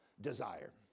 desire